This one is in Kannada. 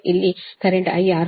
ಇಲ್ಲಿ ಕರೆಂಟ್ IR 437